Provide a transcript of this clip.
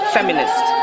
Feminist